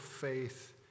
faith